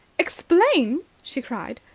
explain? she cried.